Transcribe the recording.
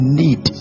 need